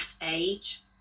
age